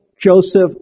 Joseph